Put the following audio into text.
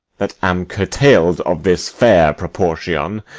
that am curtail'd of this fair proportion,